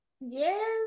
yes